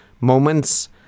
moments